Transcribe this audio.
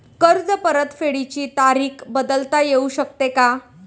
कर्ज परतफेडीची तारीख बदलता येऊ शकते का?